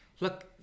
Look